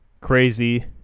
crazy